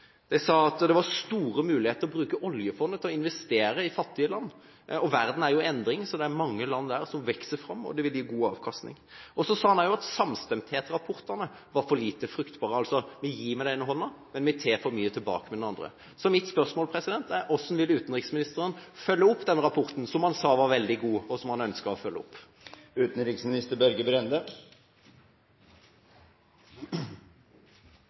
De sa at det var store muligheter til å bruke oljefondet til å investere i fattige land. Verden er i endring, så det er mange land der som vokser fram, og det vil gi god avkastning. De sa også at samstemthet-rapportene var for lite fruktbare: Vi gir med den ene hånden, men vi tar for mye tilbake med den andre. Mitt spørsmål er: Hvordan vil utenriksministeren følge opp den rapporten, som han sa var veldig god, og som han ønsker å følge opp?